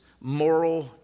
moral